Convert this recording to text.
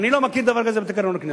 אני לא מכיר דבר כזה בתקנון הכנסת.